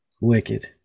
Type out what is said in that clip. Wicked